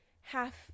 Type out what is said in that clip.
half